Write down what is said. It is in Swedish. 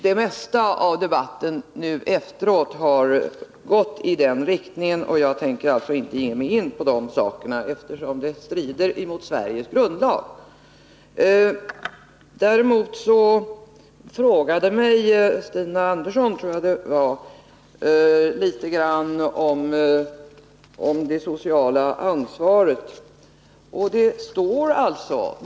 Det mesta av debatten nu senast har haft denna inriktning, och jag tänker alltså inte ge mig in på detta, eftersom det strider. mot Sveriges grundlag. Stina Andersson frågade emellertid om det sociala ansvaret.